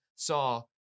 saw